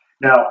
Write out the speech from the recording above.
Now